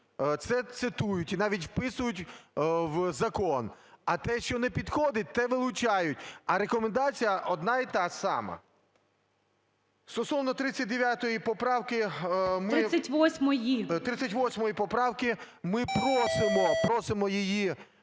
те цитують і навіть вписують в закон, а те, що не підходить, те вилучають. А рекомендація одна й та сама. Стосовно 39 поправки ми…